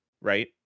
Right